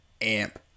amp